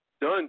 done